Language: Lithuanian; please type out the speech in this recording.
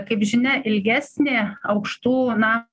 kaip žinia ilgesnė aukštų na